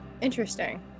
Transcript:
Interesting